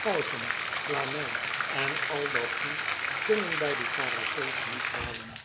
kousen flanel en al dat goed kunnen bij die parasols niet halen